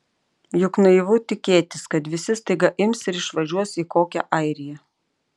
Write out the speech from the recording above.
juk naivu tikėtis kad visi staiga ims ir išvažiuos į kokią airiją